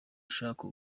ashaka